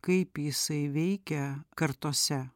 kaip jisai veikia kartose